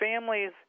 families